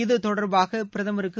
இதுதொடர்பாக பிரதமருக்கு